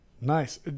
Nice